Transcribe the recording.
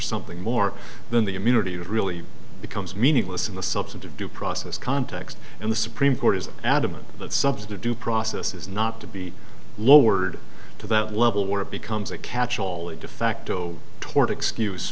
something more than the immunity it really becomes meaningless in the substantive due process context and the supreme court is adamant that subset of due process is not to be lowered to that level where it becomes a catch all a de facto tort excuse